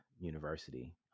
University